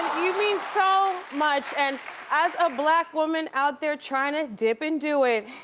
you mean so much. and as a black woman out there trying to dip and do it,